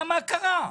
מה קרה?